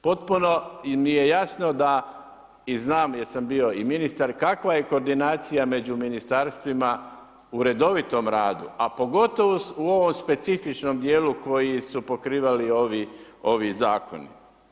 Potpuno mi je jasno da i znam jer sam bio i ministar kakva je koordinacija među ministarstvima u redovitom radu, a pogotovo u ovom specifičnom dijelu koji su pokrivali ovi zakoni.